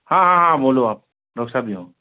हाँ हाँ हाँ बोलो आप डॉक साहब ही हूँ